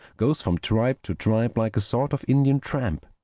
goes from tribe to tribe, like a sort of indian tramp.